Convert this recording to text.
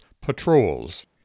patrols